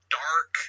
dark